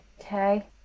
okay